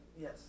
Yes